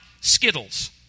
Skittles